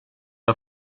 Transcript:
har